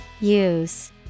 Use